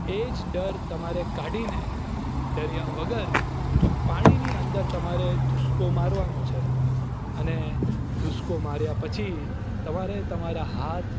એ જ ડર તમારે કાઢીને ડર્યા વગર પાણીની અંદર તમારે ભૂસકો મારવાનો છે અને ભૂસકો માર્યા પછી તમારે તમારા હાથ